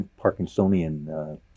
Parkinsonian